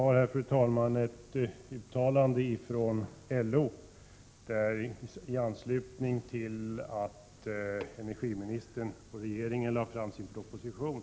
Jag håller i min hand ett uttalande som LO gjorde i anslutning till att regeringen framlade energipropositionen.